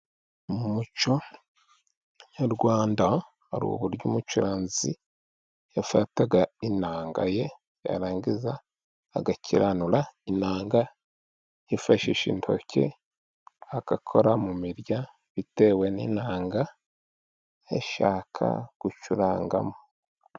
Mu muco nyarwanda hari uburyo umucuranzi yafataga inanga ye ,yarangiza agakiranura inanga, yifashisha intoki agakora mu mirya, bitewe n'inanga yashaka gucurangamo.